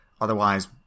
Otherwise